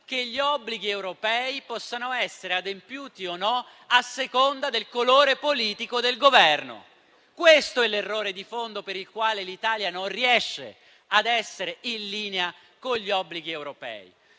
che agli obblighi europei si possa adempiere o no a seconda del colore politico del Governo. Questo è l'errore di fondo per il quale l'Italia non riesce a essere in linea con gli obblighi europei.